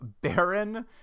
Baron